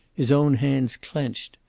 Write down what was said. his own hands clenched.